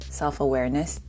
self-awareness